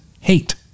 hate